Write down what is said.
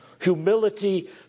humility